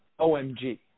OMG